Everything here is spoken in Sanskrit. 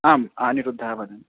आम् अनिरुद्धः वदन्